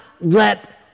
let